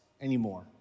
anymore